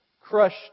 crushed